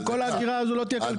כל האגירה הזו לא תהיה כלכלית.